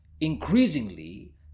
Increasingly